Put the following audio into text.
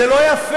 מיקי, זה לא יפה.